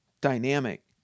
dynamic